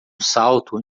salto